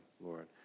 Lord